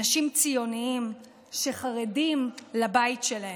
אנשים ציוניים שחרדים לבית שלהם.